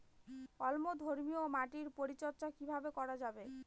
অম্লধর্মীয় মাটির পরিচর্যা কিভাবে করা যাবে?